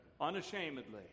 unashamedly